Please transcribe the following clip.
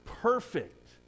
Perfect